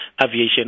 Aviation